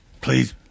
Please